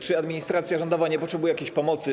Czy administracja rządowa nie potrzebuje jakiejś pomocy?